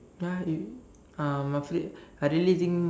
ya you um must read I really think